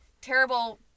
terrible